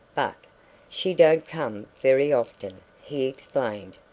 but she don't come very often, he explained.